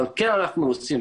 אבל כן אנחנו עושים,